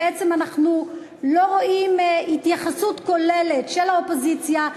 ובעצם אנחנו לא רואים התייחסות כוללת של האופוזיציה,